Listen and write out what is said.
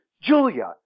Julia